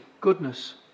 goodness